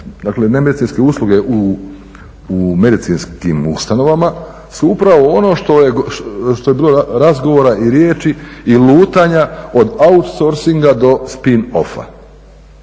Dakle nemedicinske usluge u medicinskim ustanovama su upravo ono što je bilo razgovora i riječi i lutanja od outsourcinga do spin offa.